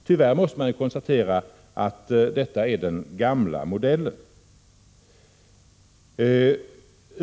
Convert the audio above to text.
Tyvärr måste man konstatera att detta är den gamla modellen.